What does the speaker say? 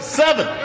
seven